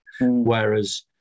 whereas